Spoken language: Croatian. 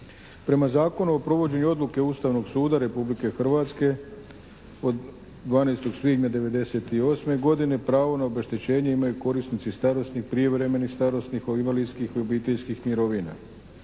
Prema Zakonu o provedbi odluke Ustavnog suda Republike Hrvatske od 12. svibnja '98. godine pravo na obeštećenje imaju korisnici starosnih, prijevremenih starosnih, invalidskih i obiteljskih mirovina